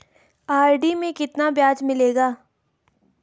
RD में कितना ब्याज मिलेगा?